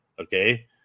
Okay